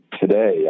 today